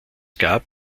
gab